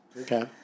Okay